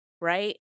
right